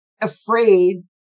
afraid